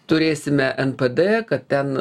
turėsime npd kad ten